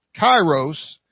kairos